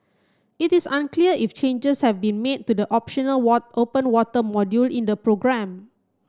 it is unclear if changes have been made to the optional open water module in the programme